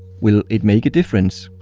will it make a difference?